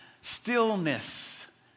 stillness